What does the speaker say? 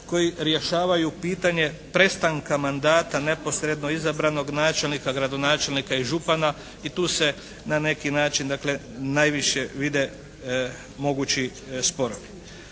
koji rješavaju pitanje prestanka mandata neposredno izabranog načelnika, gradonačelnika i župana i tu se na neki način dakle najviše vide mogući sporovi.